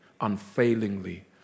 unfailingly